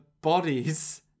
bodies